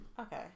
Okay